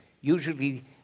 Usually